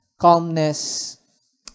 calmness